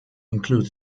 include